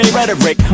rhetoric